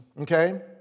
okay